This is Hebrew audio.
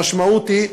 המשמעות היא,